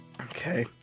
Okay